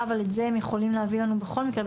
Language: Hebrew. אבל את זה הם יכולים להביא לנו בכל מקרה,